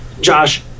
Josh